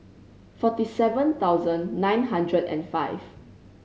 forty seven thousand nine hundred and five